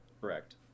Correct